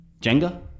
jenga